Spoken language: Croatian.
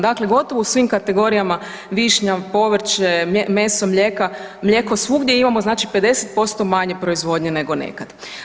Dakle, gotovo u svim kategorijama višnjom, povrćem, mesom, mlijeka, mlijeko, svugdje imamo znači 50% manje proizvodnje nego nekad.